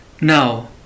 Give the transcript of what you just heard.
now